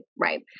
right